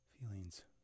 feelings